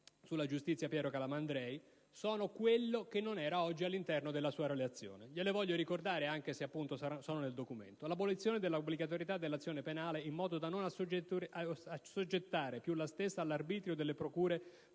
sulla giustizia «Piero Calamandrei»): sono quello che non era presente oggi all'interno della sua relazione. Gliele voglio ricordare, anche se sono in quel documento: l'abolizione dell'obbligatorietà dell'azione penale, in modo da non assoggettare più la stessa all'arbitrio delle procure della